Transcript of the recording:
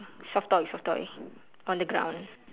soft toy soft toy on the ground